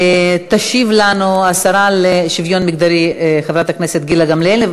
תשיב לנו השרה לשוויון מגדרי חברת הכנסת גילה גמליאל.